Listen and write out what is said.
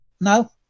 No